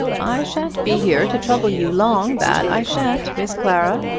i shan't be here to trouble you long that i shan't, miss clara,